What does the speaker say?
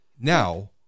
Now